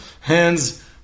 hands